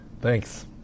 Thanks